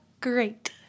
great